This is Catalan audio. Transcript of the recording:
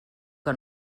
que